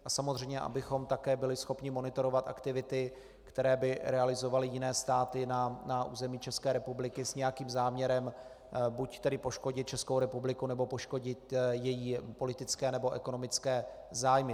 A samozřejmě abychom také byli schopni monitorovat aktivity, které by realizovaly jiné státy na území České republiky s nějakým záměrem buď tedy poškodit Českou republiku, nebo poškodit její politické nebo ekonomické zájmy.